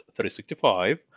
365